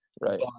Right